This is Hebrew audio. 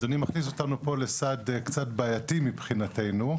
אדוני מכניס אותנו פה לסד קצת בעייתי מבחינתנו.